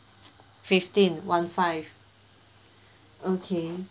fifteen one five okay